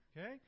Okay